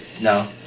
No